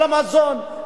על המזון,